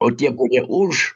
o tie kurie už